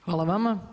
Hvala vama.